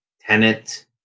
tenant